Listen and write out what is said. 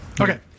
Okay